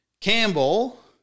Campbell